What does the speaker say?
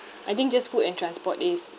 I think just food and transport is